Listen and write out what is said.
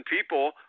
people